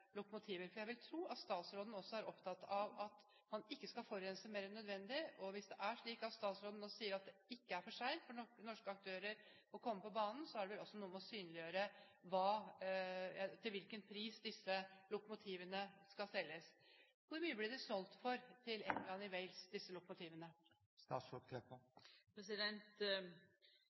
lokomotiver. For jeg vil tro at statsråden også er opptatt av at man ikke skal forurense mer enn nødvendig. Hvis det er slik at statsråden nå sier at det ikke er for sent for norske aktører å komme på banen, er det vel også noe med å synliggjøre til hvilken pris disse lokomotivene skal selges. Hvor mye blir disse lokomotivene solgt for til